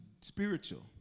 spiritual